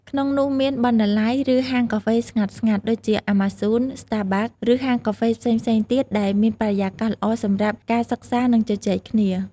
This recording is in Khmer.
ក្នុងនោះមាន បណ្ណាល័យ ឬហាងកាហ្វេស្ងាត់ៗ ដូចជា Amazon, Starbucks ឬហាងកាហ្វេផ្សេងៗទៀតដែលមានបរិយាកាសល្អសម្រាប់ការសិក្សា និងជជែកគ្នា។